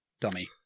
Dummy